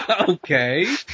Okay